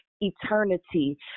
eternity